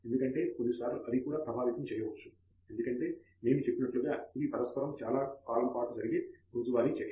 ఎందుకంటే కొన్నిసార్లు అవి కూడా ప్రభావితం చేయవచ్చు ఎందుకంటే మేము చెప్పినట్లుగా ఇది పరస్పరం చాలా కాలం పాటు జరిగే రోజువారీ చర్య